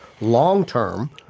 long-term